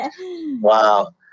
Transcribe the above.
Wow